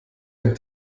ein